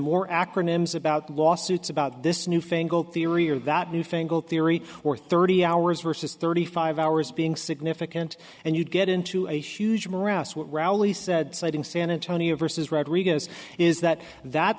more acronyms about lawsuits about this newfangled theory or that newfangled theory or thirty hours versus thirty five hours being significant and you get into a huge morass what rally said citing san antonio vs rodriguez is that that